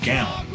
Gown